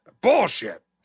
Bullshit